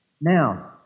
Now